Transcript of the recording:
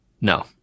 no